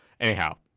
Anyhow